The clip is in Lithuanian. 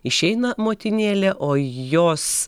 išeina motinėlė o jos